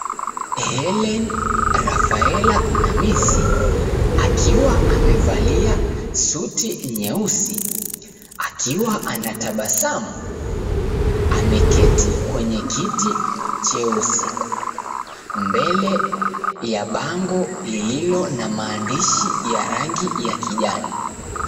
Helene Rafaela Namisi, akiwa amevalia suti nyeusi, akiwa anatabasamu, ameketi kwenye kiti cheusi. Mbele ya bango lililo na maandishi ya rangi ya kijani.